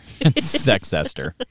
Sexester